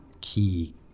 key